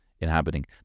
inhabiting